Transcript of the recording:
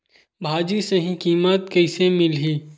भाजी सही कीमत कइसे मिलही?